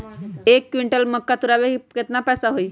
एक क्विंटल मक्का तुरावे के केतना पैसा होई?